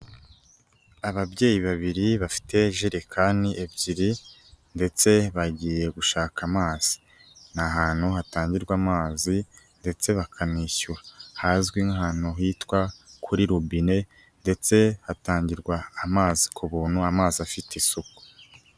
Ababyeyi babiri bafite ijerekani ebyiri ndetse bagiye gushaka amazi, ni ahantu hatangirwa amazi ndetse bakanishyura, hazwi nk'ahantu hitwa kuri robine ndetse hatangirwa amazi ku buntu amazi afite isuku.